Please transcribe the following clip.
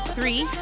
Three